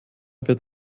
wird